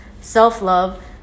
self-love